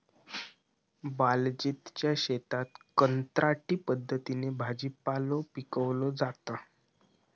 बलजीतच्या शेतात कंत्राटी पद्धतीन भाजीपालो पिकवलो जाता